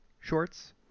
shorts